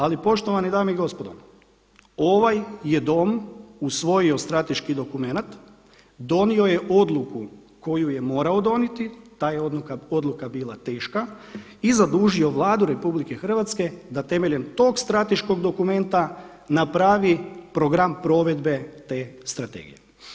Ali poštovane dame i gospodo, ovaj je Dom usvojio strateški dokument, donio je odluku koju je morao donijeti, ta je odluka bila teška i zadužio Vladu RH da temeljem tog strateškog dokumenta napravi program provedbe te strategije.